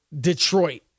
Detroit